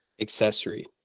accessory